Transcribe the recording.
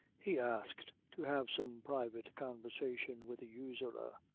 he asked to have some private conversation with the usurer,